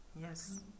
Yes